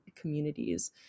communities